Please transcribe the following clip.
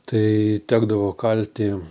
tai tekdavo kalti